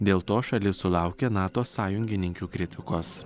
dėl to šalis sulaukė nato sąjungininkių kritikos